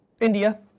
India